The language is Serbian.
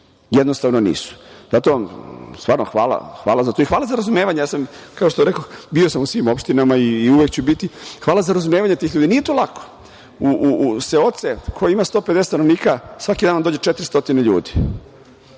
Jednostavno nisu. Zato stvarno hvala za to i hvala za razumevanje. Ja sam, kao što rekoh, bio u svim opštinama i uvek ću biti. Hvala za razumevanje tih ljudi. Nije to lako. U seoce koje ima 150 stanovnika svaki dan nam dođe 400 ljudi,